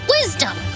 wisdom